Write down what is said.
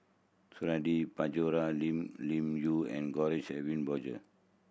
Suradi Parjo Lee Li Yu and George Edwin Bogaars